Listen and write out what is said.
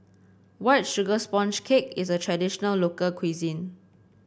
White Sugar Sponge Cake is a traditional local cuisine